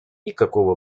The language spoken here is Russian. никакого